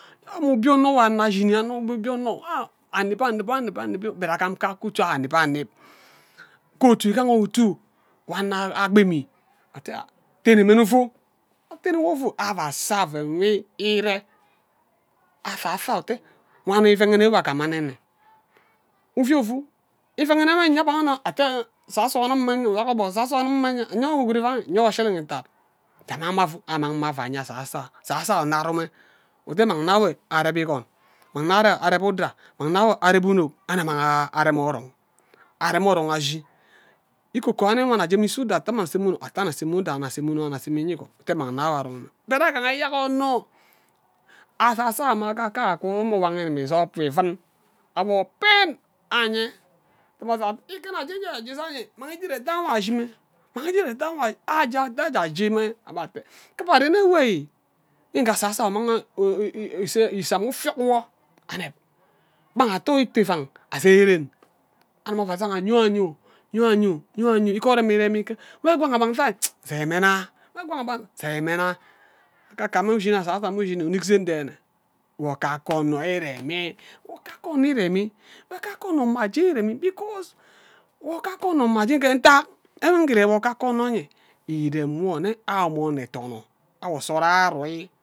Awo mme obie onno nwo anno ashin nne wo obie onno ah aneb aneb aneb aneb i yo but agam kake utu aneb aneb kee otu igadiven obu nwo anni agbemi ate tene mme je ufu afene wo ufu ava asa oven nwo ire asaso ayo ute wani ifeghene nwo agam anne ivie ifeghene nwo nye abane ate abaso aniem mme uwogor obok asaso anim mme nyenwo ushiru ivam iye ate shirin itad je amang mme afa aje aman mme anye asaso ayo asaso anyo unnad wo mme ute man na wen are igun mang nawen areb udia mang nawen areb unok arem orong ashi ikokoi ewe ute anuk aje mme ise gben ate anuk aje mme use uda aseme unuk asemo eye igun ute mang ana ewe arem mme but agaha eyuk onno akaka yo mma asaso ayo aku nma uwa igimi isub wo ivun awo pen anye ike ja jeje mang idiire etho anure e ashi me mmang idit etho enwe ashi mme aje ate aja aje mme abhe ate kiba ren enwe nke asaso umang ise amme ufiok wo aneb gba ghe ato ito ivan abai ren amina we jaga yo a yo yo ayo igaha ebhe agbibi mme ngwang enmang zai mme nna akaka mme ushin asasame ushin unik seen dene ub kake onne ire-mi wo kake onno ire mi wo kake anno mma jeni iremi because wo kake onno mma jeni iremi mme nta enwe ghe irem wo kake onno enyen irem wo nne uwo mme onno edono awo nso ayo aru